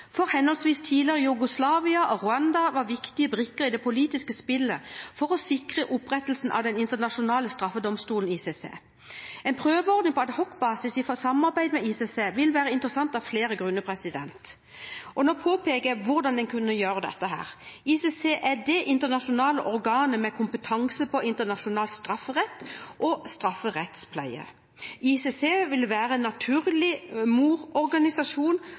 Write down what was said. for henholdsvis tidligere Jugoslavia og Rwanda var viktige brikker i det politiske spillet for å sikre opprettelsen av den internasjonale straffedomstolen ICC. En prøveordning på ad hoc-basis i samarbeid med ICC vil være interessant av flere grunner. Nå påpeker jeg hvordan en kunne gjøre dette her. ICC er det internasjonale organet med kompetanse på internasjonal strafferett og strafferettspleie. ICC vil være en naturlig mororganisasjon